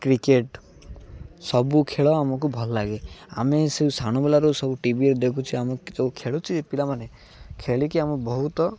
cricket ସବୁ ଖେଳ ଆମକୁ ଭଲ ଲାଗେ ଆମେ ସେ ସାନବେଳାରୁ ସବୁ ଟିଭିରେ ଦେଖୁଛି ଆମ ଯେଉଁ ଖେଳୁଛି ପିଲାମାନେ ଖେଳିକି ଆମ ବହୁତ